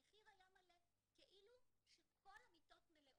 המחיר היה מלא, כאילו שכל המיטות מלאות.